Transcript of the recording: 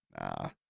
Nah